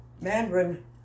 Mandarin